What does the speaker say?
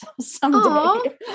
someday